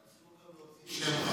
ואסור גם להוציא שם רע.